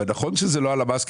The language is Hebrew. ונכון שזה לא הלמ"ס,